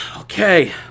Okay